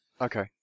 Okay